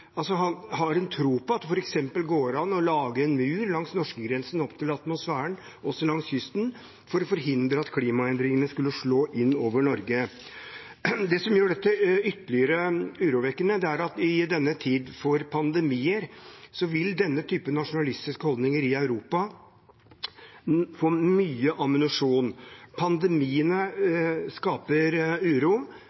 går an å lage en mur langs norskegrensen opp til atmosfæren, også langs kysten, for å forhindre at klimaendringene skal slå inn over Norge. Det som gjør dette ytterligere urovekkende, er at i denne pandemitiden vil denne typen nasjonalistiske holdninger i Europa få mye ammunisjon. Pandemiene